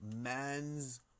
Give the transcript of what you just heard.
man's